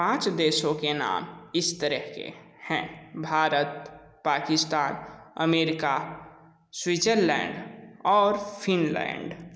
पाँच देशों के नाम इस तरह के हैं भारत पाकिस्तान अमेरिका स्विटज़रलैंड और फ़िनलैंड